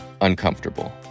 uncomfortable